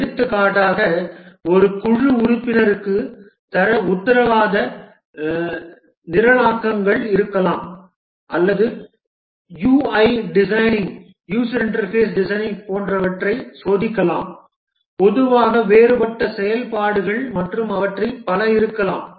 எடுத்துக்காட்டாக ஒரு குழு உறுப்பினருக்கு தர உத்தரவாத நிரலாக்கங்கள் இருக்கலாம் அல்லது யுஐ டிசைனிங் போன்றவற்றைச் சோதிக்கலாம் பொதுவாக வேறுபட்ட செயல்பாடுகள் மற்றும் அவற்றில் பல இருக்கலாம்